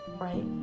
right